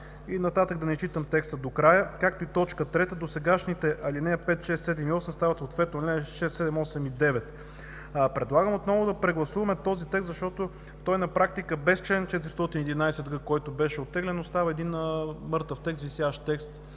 411а“…, да не изчитам текста до края, както и т. 3 – „досегашните ал. 5, 6, 7 и 8 стават съответно ал. 6, 7, 8 и 9.“ Предлагам отново да прегласуваме този текст, защото той на практика без чл. 411г, който беше оттеглен, остава мъртъв, висящ текст